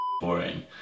boring